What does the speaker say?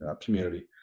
community